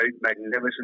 magnificent